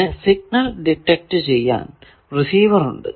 പിന്നെ signal detect ചെയ്യാൻ receiver ഉണ്ട്